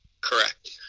Correct